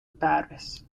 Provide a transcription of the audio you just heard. paris